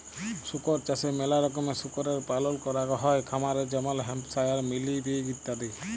শুকর চাষে ম্যালা রকমের শুকরের পালল ক্যরাক হ্যয় খামারে যেমল হ্যাম্পশায়ার, মিলি পিগ ইত্যাদি